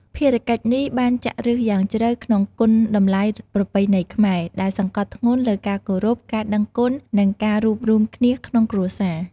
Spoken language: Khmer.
ភារកិច្ចនេះបានចាក់ឬសយ៉ាងជ្រៅក្នុងគុណតម្លៃប្រពៃណីខ្មែរ ដែលសង្កត់ធ្ងន់លើការគោរព ការដឹងគុណ និងការរួបរួមគ្នាក្នុងគ្រួសារ។